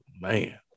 man